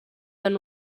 than